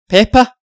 Pepper